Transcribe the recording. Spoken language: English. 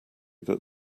that